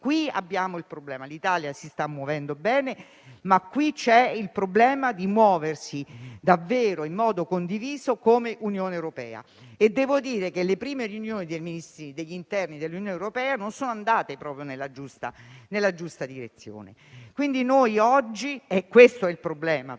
Qui abbiamo il problema. L'Italia si sta muovendo bene, ma c'è il tema di muoversi davvero in modo condiviso come Unione europea e devo dire che le prime riunioni dei Ministri dell'interno dell'Unione europea non sono andate proprio nella giusta direzione. È questo il problema e noi